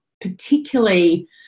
particularly